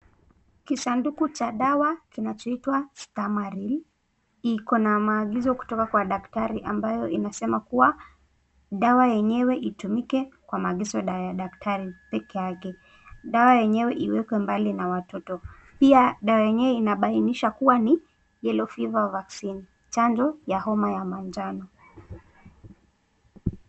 Kisanduku cha dawa kinachoitwa Stamaril. Iko na maagizo kutoka kwa daktari ambayo inasema dawa yenyewe itumike kwa maagizo ya daktari pekee yake. Dawa yenyewe iwekwe mbali na watoto, pia dawa yenyewe inabainisha kwamba ni yellow fever vaccine chanjo ya homa ya manjano.